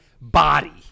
Body